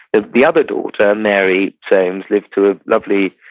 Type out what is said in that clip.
the other daughter, mary soames, lived to a lovely,